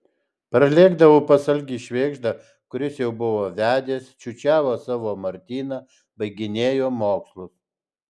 parlėkdavau pas algį švėgždą kuris jau buvo vedęs čiūčiavo savo martyną baiginėjo mokslus